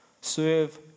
Serve